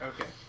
Okay